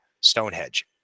Stonehenge